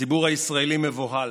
הציבור הישראלי מבוהל.